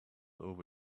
over